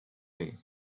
ایم